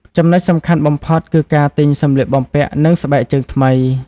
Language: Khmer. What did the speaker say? ចំណុចសំខាន់បំផុតគឺការ ទិញសម្លៀកបំពាក់និងស្បែកជើងថ្មី។